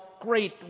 great